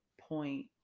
point